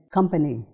Company